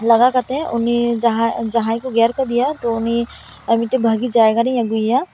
ᱞᱟᱜᱟ ᱠᱟᱛᱮᱫ ᱩᱱᱤ ᱡᱟᱦᱟᱸ ᱡᱟᱦᱟᱭ ᱠᱚ ᱜᱮᱨ ᱟᱠᱟᱫᱮᱭᱟ ᱛᱳ ᱩᱱᱤ ᱢᱤᱫᱴᱮᱡ ᱵᱷᱟᱜᱤ ᱡᱟᱭᱜᱟ ᱨᱤᱧ ᱟᱹᱜᱩᱭᱮᱭᱟ